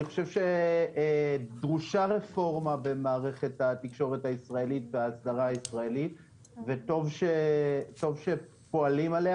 אני חושב שדרושה רפורמה במערכת התקשורת הישראלית וטוב שפועלים בנושא.